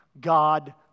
God